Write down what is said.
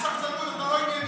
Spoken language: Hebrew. זאת שחצנות, אתה לא ענייני.